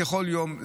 היום, ככל יום.